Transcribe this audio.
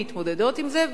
מתמודדות עם זה,